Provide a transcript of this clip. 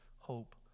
Hope